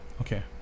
Okay